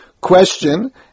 question